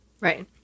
Right